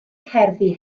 cerddi